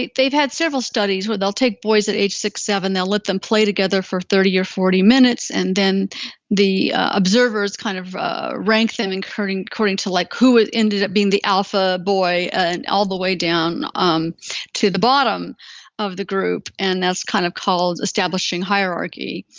they've had several studies where they'll take boys at age six, seven, they'll let them play together for thirty or forty minutes, and then the observers kind of ah rank them according according to like who ended up being the alpha boy and all the way down on um to the bottom of the group. and that's kind of called establishing hierarchy,